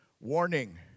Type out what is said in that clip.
Warning